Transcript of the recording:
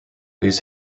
these